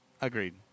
Agreed